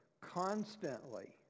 Constantly